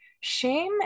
shame